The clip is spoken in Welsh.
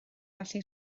felly